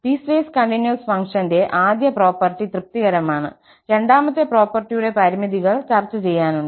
piecewise continuous ഫംഗ്ഷന്റെ ആദ്യ property തൃപ്തികരമാണ് രണ്ടാമത്തെ പ്രോപ്പർട്ടിയുടെ പരിമിതികൾ ചർച്ച ചെയ്യാനുണ്ട്